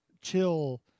chill